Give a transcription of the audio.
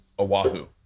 Oahu